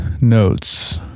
notes